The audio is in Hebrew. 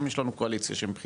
היום יש לנו קואליציה שמבחינה,